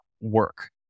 work